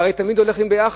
הרי זה תמיד הולך יחד.